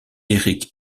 erik